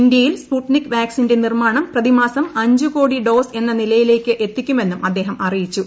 ഇന്തൃയിൽ സ്പുട്നിക് വാക്സിന്റെ നിർമ്മാണം പ്രതിമാസം അഞ്ചുകോടി ഡോസ് എന്ന നിലയിലേക്ക് എത്തിക്കുമെന്നും അദ്ദേഹം അറിയിച്ചു